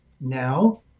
now